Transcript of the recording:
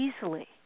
easily